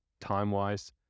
time-wise